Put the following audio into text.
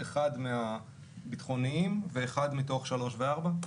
אחד מהביטחוניים ואחד מתוך (3) ו-(4)?